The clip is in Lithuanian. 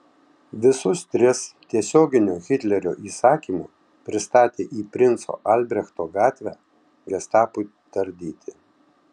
visus tris tiesioginiu hitlerio įsakymu pristatė į princo albrechto gatvę gestapui tardyti